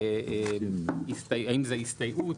האם זו הסתייעות,